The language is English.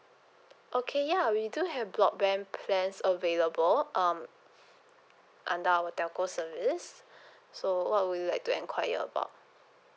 okay ya we do have broadband plans available um under our telco service so what would you like to enquire about